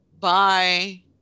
Bye